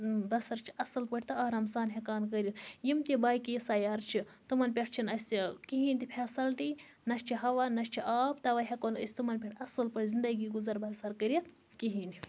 بَسَر چھِ اصٕل پٲٹھۍ تہٕ آرام سان ہیٚکان کٔرِتھ یِم تہِ باقٕے سَیارٕ چھِ تِمَن پٮ۪ٹھ چھِنہٕ اَسہ کِہِیٖنۍ تہِ فیسَلٹی نہَ چھُ ہَوا نہَ چھُ آب تَوے ہیٚکو نہٕ أسۍ تمن پٮ۪ٹھ اصٕل پٲٹھۍ زنٛدگی گُزَر بَسَر کٔرِتھ کِہیٖنۍ